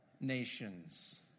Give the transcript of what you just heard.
nations